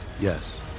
Yes